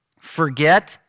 forget